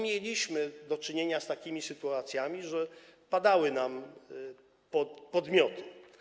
Mieliśmy do czynienia z takimi sytuacjami, że padały nam podmioty.